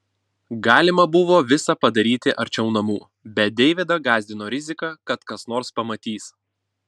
galima buvo visa padaryti arčiau namų bet deividą gąsdino rizika kad kas nors pamatys